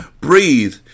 Breathe